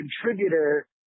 contributor